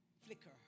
flicker